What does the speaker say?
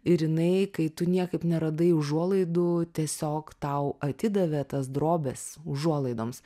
ir jinai kai tu niekaip neradai užuolaidų tiesiog tau atidavė tas drobes užuolaidoms